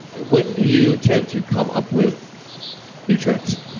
when do you tend to come up with new tricks?